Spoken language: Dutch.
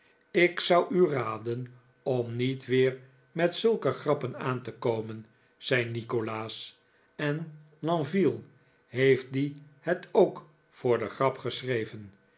ik zou u raden om niet weer met zulke grappen aan te komen zei nikolaas en lenville heeft die het ook voor de grap geschreven